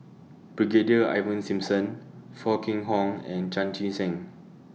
Brigadier Ivan Simson Foo Kwee Horng and Chan Chee Seng